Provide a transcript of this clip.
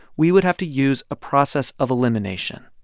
we would have to use a process of elimination.